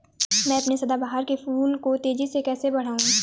मैं अपने सदाबहार के फूल को तेजी से कैसे बढाऊं?